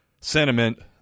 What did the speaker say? sentiment